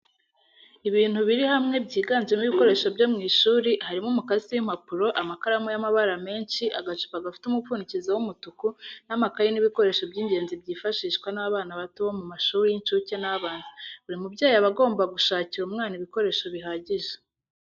Ibintu biri hamwe byiganjemo ibikoreso byo mw'ishuri harimo umukasi w'impapuro, amakaramu y'amabara menshi, agacupa gafite umupfundikizo w'umutuku,n' amakayi ni ibikoresho by'ingenzi byifashishwa n'abana bato bo mu mashuri y'incuke n'abanza, buri mubyeyi aba agomba gusakira umwana ibikoresho bihagije.